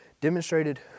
demonstrated